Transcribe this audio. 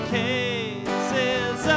cases